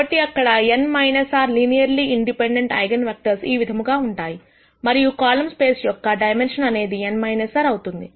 కాబట్టి అక్కడ n r linearly independent eigen vectors ఈ విధముగా ఉంటాయి మరియు కాలమ్ స్పేస్ యొక్క డైమెన్షన్ అనేది n r అవుతుంది